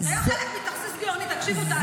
זה היה חלק מתכסיס גאוני, תקשיבו --- באמת.